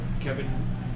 Kevin